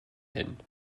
hyn